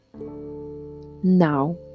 Now